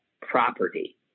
property